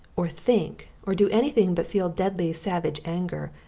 or think, or do anything but feel deadly savage anger,